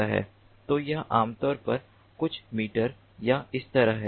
तो यह आमतौर पर कुछ मीटर या इसीतरह है